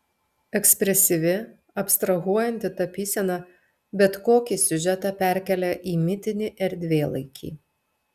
ekspresyvi abstrahuojanti tapysena bet kokį siužetą perkelia į mitinį erdvėlaikį